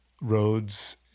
roads